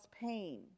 pain